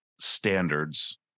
standards